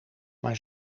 maar